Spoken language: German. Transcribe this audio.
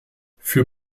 für